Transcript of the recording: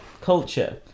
culture